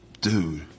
dude